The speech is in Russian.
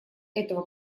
этого